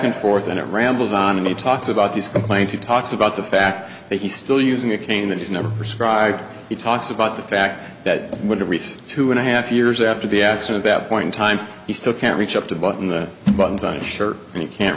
and forth and it rambles on and he talks about these complaints he talks about the fact that he's still using a cane that he's never described he talks about the fact that they would have received two and a half years after the accident that point in time he still can't reach up to button the buttons on a shirt and he can't